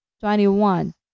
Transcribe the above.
Twenty-one